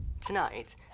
Tonight